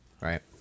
right